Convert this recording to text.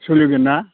सोलिगोन ना